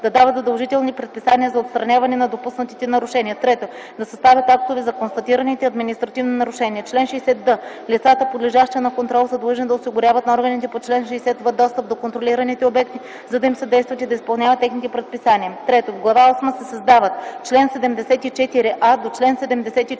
да дават задължителни предписания за отстраняване на допуснатите нарушения; 3. да съставят актове за констатираните административни нарушения. Чл. 60д. Лицата, подлежащи на контрол, са длъжни да осигуряват на органите по чл. 60в достъп до контролираните обекти, да им съдействат и да изпълняват техните предписания.” 3. В Глава осма се създават чл. 74а - 74д: